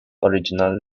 original